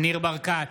ניר ברקת,